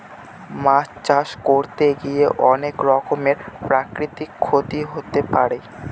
মাছ চাষ করতে গিয়ে অনেক রকমের প্রাকৃতিক ক্ষতি হতে পারে